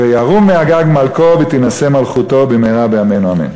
וְיָרֹם מֵאֲגַג מלכו וְתִנַּשֵּׂא מַלְכֻתוֹ" במהרה בימינו אמן.